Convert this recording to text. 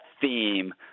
theme